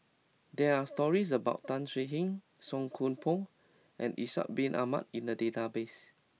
there are stories about Tan Swie Hian Song Koon Poh and Ishak Bin Ahmad in the database